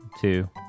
two